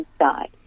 inside